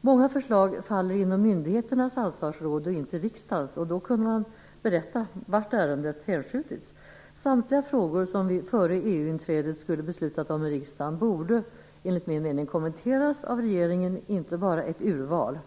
Många förslag faller inom myndigheternas ansvarsområde och inte riksdagens. Då kunde man ha berättat vart ärendet hänskjutits. Samtliga frågor som vi före EU inträdet skulle ha fattat beslut om i riksdagen borde enligt min mening kommenteras av regeringen, inte bara ett urval.